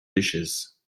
dishes